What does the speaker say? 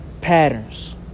patterns